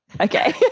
Okay